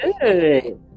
good